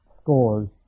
scores